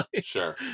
Sure